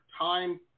time